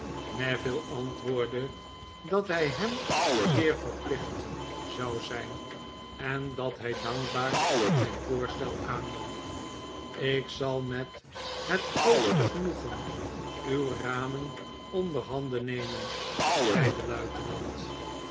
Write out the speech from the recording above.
neville antwoordde dat hij hem zeer verplicht zou zijn en dat hij dankbaar zijn voorstel aannam ik zal met het grootste genoegen uwe ramen onderhanden nemen zei de luitenant